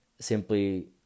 simply